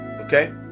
okay